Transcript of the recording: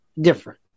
different